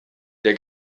der